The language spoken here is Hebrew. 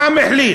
העם החליט,